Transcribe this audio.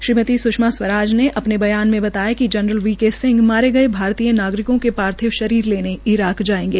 श्रीमति सुषमा स्वराज ने अपने बयान में बताया कि जनरल वी के सिंह मारे भारतीय नागरिकों के पार्थिव शरीर लेने ईराक जायेंगे